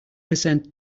percent